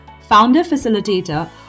founder-facilitator-